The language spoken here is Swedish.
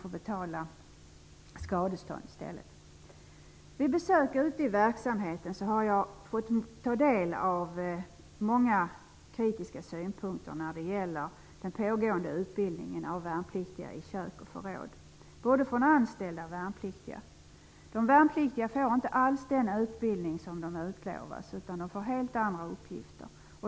Vid besök ute i verksamheten har jag både från anställda och värnpliktiga fått ta del av många kritiska synpunkter på den pågående utbildningen av värnpliktiga i kök och förråd. De värnpliktiga får inte alls den utbildning som de utlovats utan helt andra uppgifter.